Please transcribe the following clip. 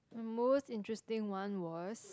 most interesting one was